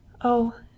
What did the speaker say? Oh